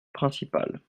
principale